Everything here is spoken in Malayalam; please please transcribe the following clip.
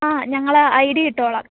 ആ ഞങ്ങൾ ഐ ഡി ഇട്ടോളാം